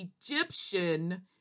Egyptian